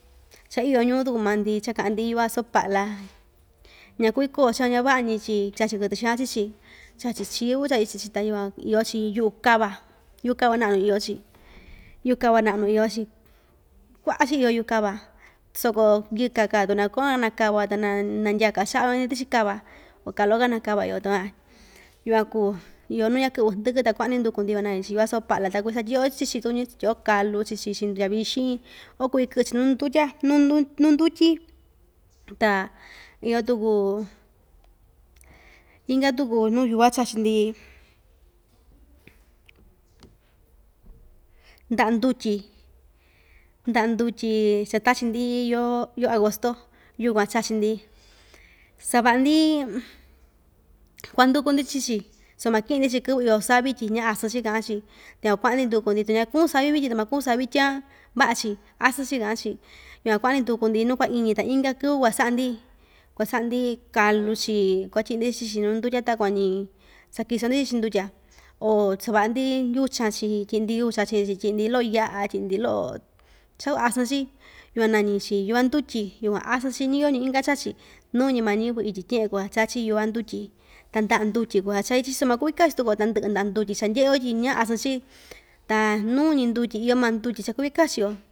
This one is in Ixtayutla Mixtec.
Cha iyo ñuu tuku maa‑ndi cha kaꞌan‑ndi yuva soꞌo paꞌla ñakui koo‑chi van ñavaꞌñi tyi chachi kɨtɨ xaan chii‑chi chachi chiu chachi chii‑chi ta yukuan iyo‑chi yuꞌu kava, yuꞌu kava naꞌnu iyo‑chi yuꞌu kava naꞌnu iyo‑chi kuaꞌa‑chi iyo yuꞌu kava soko yɨka kaa tuu naa koyon nakava ta nandyaka chaꞌa‑yo tichi kava oo kaꞌa loko kanakava‑yo yukuan kuu iyo nuu ñaa kɨꞌvɨ ndɨkɨ ta kuaꞌa‑ndi nduku‑ndi van nañi‑chi yuva soꞌo paꞌla ta kuu satyiꞌ‑yo chii‑chi takuñu satyiꞌyo‑yo kalu chii‑chi chiꞌin ndutya vixin oo kuvi kɨꞌɨ‑chi nuu ndutya nuu ndutyi ta iyo tuku inka tuku nuu yuva chachi‑ndi, ndaꞌa ndutyi ndaꞌa ndutyi cha tachi‑ndi yoo yoo agosto yukuan chachi‑ndi savaꞌa‑ndi kuanduku‑ndi chiichi soo makiꞌin‑ndi chii‑chi kɨvɨ iyo savi tyi ña asɨɨn chi kaꞌan‑chi ta yukuan kuaꞌa‑ndi nduku‑ndi tu ñakuun savi vityin ta makuun savi tyan vaꞌa‑chi asɨn chi kaꞌan‑chi yukuan kuaꞌa‑ndi nduku‑ndi nuu kua‑iñi ta inka kɨvɨ kuasaꞌa‑ndi kuasaꞌa‑ndi kalu‑chi kuatyiꞌi‑ndi chii‑chi nuu ndutya takuan‑ñi sakiso‑ndi chii‑chi chiꞌin ndutya oo savaꞌa‑ndi yuchan‑chi tyiꞌi‑ndi yuchan chiꞌi‑chi tyiꞌi‑ndi loꞌo yaꞌa tyiꞌndi loꞌo chaa kuu asɨɨn‑chi yukuan nañi‑chi yuva ndutyi tukuan asɨn‑chi ñayoo‑ñi inka chachi nuuñi maa ñiyɨvɨ ityi tyeꞌen kuua cha chachi yuva ndutyi ta ndaꞌa ndutyi kuu cha chai‑chi so makuvi kachi tuku‑yo tandɨꞌɨ ndaꞌa ndutyi cha ndyeꞌe‑yo tyi ña asɨɨn chi ta nuuñi ndutyi iyo maa ndutyi chaa kuvi kachi‑yo.